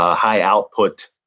ah high-output,